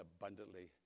abundantly